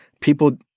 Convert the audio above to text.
people